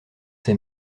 ses